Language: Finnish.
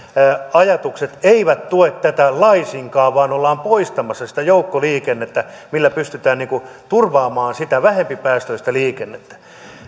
ajatukset eivät tue tätä laisinkaan vaan ollaan poistamassa sitä joukkoliikennettä millä pystytään turvaamaan sitä vähempipäästöistä liikennettä